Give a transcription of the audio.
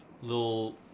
little